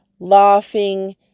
Laughing